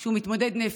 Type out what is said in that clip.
שהוא מתמודד נפש,